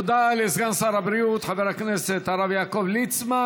תודה לסגן שר הבריאות חבר הכנסת הרב יעקב ליצמן.